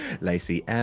Lacey